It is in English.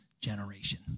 generation